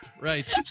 Right